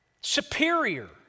superior